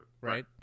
right